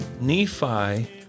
Nephi